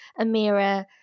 Amira